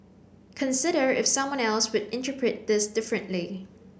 consider if someone else would interpret this differently